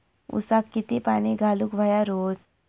ऊसाक किती पाणी घालूक व्हया रोज?